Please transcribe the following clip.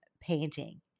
painting